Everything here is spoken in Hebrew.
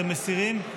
אתם מסירים,